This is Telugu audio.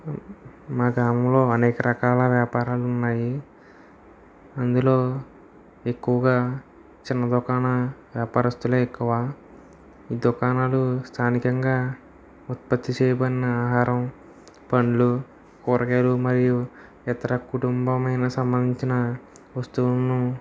మా గ్రామంలో అనేక రకాల వ్యాపారాలున్నాయి అందులో ఎక్కువగా చిన్న దుకాణ వ్యాపారస్తులే ఎక్కువ దుకాణాలు స్థానికంగా ఉత్పత్తి చేయబడిన ఆహారం పండ్లు కూరగాయలు మరియు ఇతర కుటుంబమైన సంబంధించిన వస్తువులను